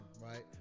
Right